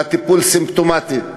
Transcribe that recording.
והטיפול סימפטומטי,